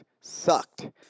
Sucked